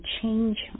change